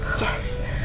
yes